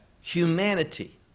humanity